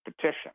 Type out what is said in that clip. petition